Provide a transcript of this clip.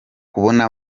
kubona